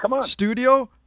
studio